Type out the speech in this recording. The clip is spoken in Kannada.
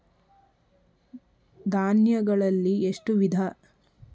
ಧಾನ್ಯಗಳಲ್ಲಿ ಎಷ್ಟು ವಿಧ?